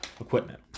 equipment